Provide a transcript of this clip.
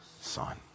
Son